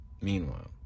meanwhile